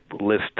list